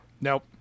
Nope